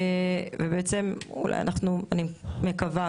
אני מקווה,